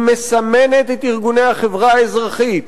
היא מסמנת את ארגוני החברה האזרחית,